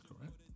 correct